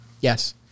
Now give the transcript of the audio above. Yes